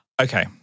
Okay